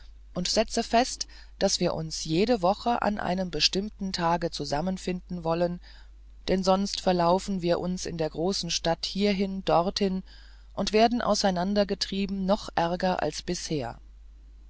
und setze fest daß wir uns jede woche an einem bestimmten tage zusammenfinden wollen denn sonst verlaufen wir uns in der großen stadt hierhin dorthin und werden auseinandergetrieben noch ärger als bisher